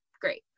Great